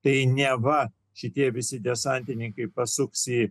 tai neva šitie visi desantininkai pasuks į